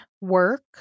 work